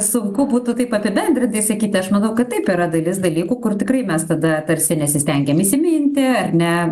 sunku būtų taip apibendrintai sakyti aš manau kad taip yra dalis dalykų kur tikrai mes tada tarsi nesistengiam įsiminti ar ne